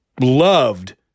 loved